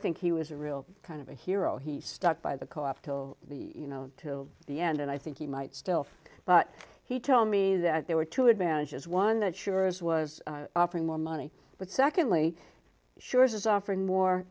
think he was a real kind of a hero he stuck by the co op till you know to the end and i think he might still but he told me that there were two advantages one that sure as was offering more money but secondly sure is offering more